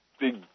big